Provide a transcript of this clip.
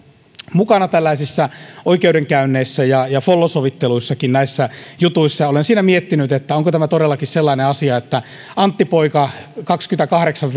mukana tällaisissa oikeudenkäynneissä ja ja follo sovitteluissakin näissä jutuissa ja olen siinä miettinyt että onko tämä todellakin sellainen asia että antti poika kaksikymmentäkahdeksan